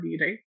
right